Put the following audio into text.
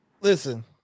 listen